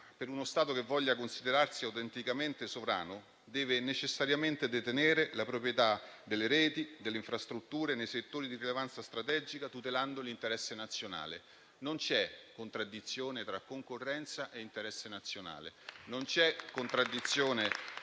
uno Stato che voglia considerarsi autenticamente sovrano deve necessariamente detenere la proprietà delle reti delle infrastrutture nei settori di rilevanza strategica, tutelando l'interesse nazionale. Non c'è contraddizione tra concorrenza e interesse nazionale, non c'è contraddizione